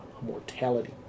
mortality